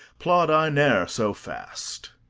plod i ne'er so fast.